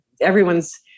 everyone's